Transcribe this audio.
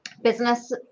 business